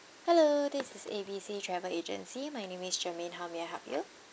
hello this is A B C travel agency my name is shermaine how may I help you